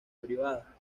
privada